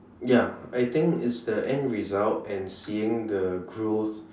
ya I think it's the end result and seeing the growth